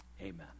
Amen